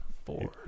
Four